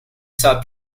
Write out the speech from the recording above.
saw